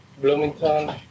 Bloomington